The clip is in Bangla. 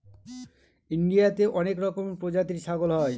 ইন্ডিয়াতে অনেক রকমের প্রজাতির ছাগল হয়